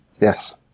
Yes